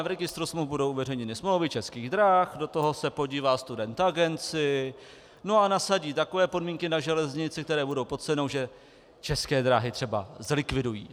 V registru smluv budou uveřejněny smlouvy Českých drah, do toho se podívá Student Agency a nasadí takové podmínky na železnici, které budou pod cenou, že České dráhy třeba zlikvidují.